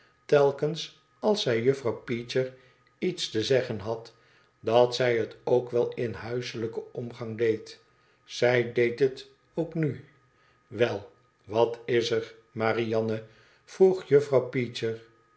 telkens als zij jufifrouw peecher iets te zeggen had dat zij het ook in den huiselijken omgang deed zij deed het ook nu wel wat is er marianne vroeg juffrouw peecher